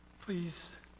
Please